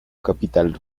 capital